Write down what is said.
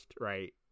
right